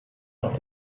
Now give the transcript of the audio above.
auch